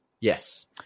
Yes